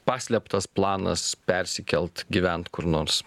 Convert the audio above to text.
paslėptas planas persikelt gyvent kur nors